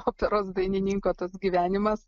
operos dainininko tas gyvenimas